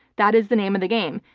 that is the name of the game.